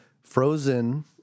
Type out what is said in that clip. Frozen